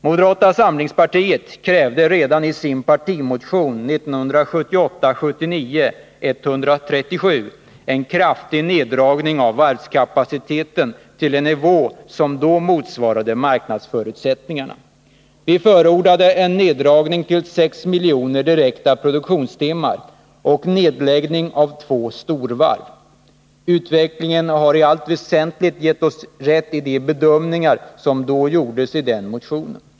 Moderata samlingspartiet krävde i sin partimotion 1978/79:137 en kraftig neddragning av varvskapaciteten till en nivå som då motsvarade marknadsförutsättningarna. Vi förordade en neddragning till 6 miljoner direkta produktionstimmar och nedläggning av två storvarv. Utvecklingen har i allt väsentligt gett oss rätt i de bedömningar som då gjordes i den motionen.